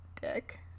dick